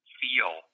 feel